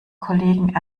kollegen